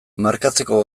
markatzeko